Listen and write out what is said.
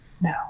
no